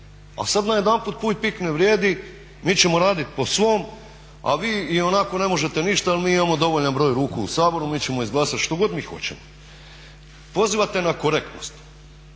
a sad najedanput puj pik ne vrijedi, mi ćemo raditi po svom, a vi ionako ne možete ništa jer mi imamo dovoljan broj ruku u Saboru. Mi ćemo izglasati što god mi hoćemo. Pozivate na korektnost,